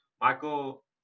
Michael